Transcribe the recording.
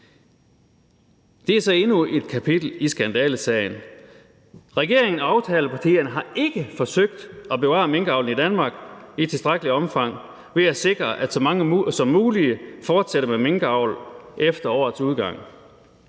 Det er så endnu et kapitel i skandalesagen. Regeringen og aftalepartierne har ikke forsøgt at bevare minkavlen i Danmark i tilstrækkeligt omfang ved at sikre, at så mange som muligt fortsætter med minkavl efter årets udgang.